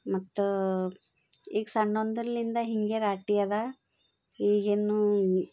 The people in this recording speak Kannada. ಮತ್ತು ಈಗ ಸಣ್ಣಂದಿನಿಂದ ಹೀಗೆ ರಾಟ್ಟಿ ಅದ ಈಗಿನ್ನು